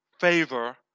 favor